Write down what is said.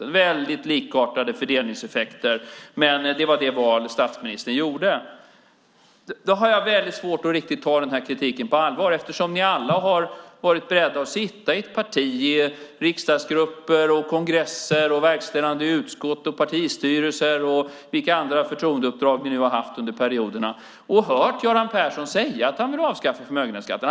De har väldigt likartade fördelningseffekter. Men det var det val statsministern gjorde. Jag har väldigt svårt att riktigt ta kritiken på allvar, eftersom ni alla har varit beredda att sitta i ett parti i riksdagsgrupper, kongresser, verkställande utskott, partistyrelse och vilka andra förtroendeuppdrag ni nu har haft under perioderna och höra Göran Persson säga att han vill avskaffa förmögenhetsskatten.